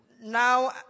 now